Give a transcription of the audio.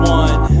one